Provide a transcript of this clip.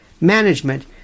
management